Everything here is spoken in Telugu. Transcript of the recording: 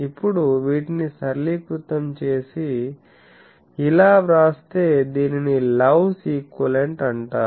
ఇప్పుడు వీటిని సరళీకృతం చేసి ఇలా వ్రాస్తే దీనిని లవ్స్ ఈక్వివలెంట్Love's equivalent అంటారు